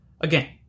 again